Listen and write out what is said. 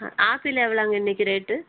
அ apple எவ்வளோங்க இன்னைக்கி rate